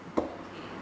okay